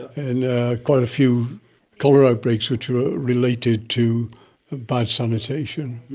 and quite a few cholera outbreaks which were related to bad sanitation.